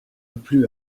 plu